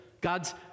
God's